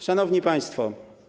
Szanowni Państwo!